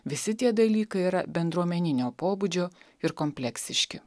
visi tie dalykai yra bendruomeninio pobūdžio ir kompleksiški